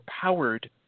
powered